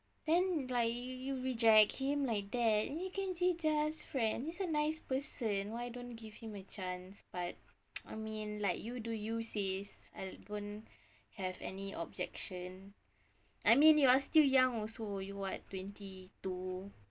then like you reject him like that then he just friends he's a nice person why don't give him a chance but I mean like you do you sis I won't have any objection I mean you are still young also you what twenty two